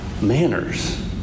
Manners